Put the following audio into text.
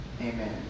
Amen